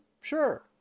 sure